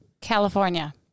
California